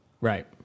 Right